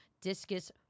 discus